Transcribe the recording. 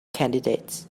candidates